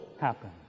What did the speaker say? happen